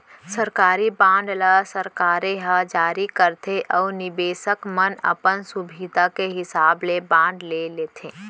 सरकारी बांड ल सरकारे ह जारी करथे अउ निबेसक मन अपन सुभीता के हिसाब ले बांड ले लेथें